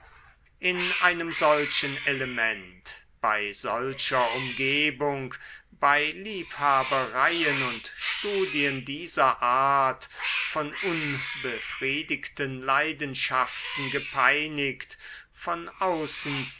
in einem solchen element bei solcher umgebung bei liebhabereien und studien dieser art von unbefriedigten leidenschaften gepeinigt von außen